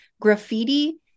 graffiti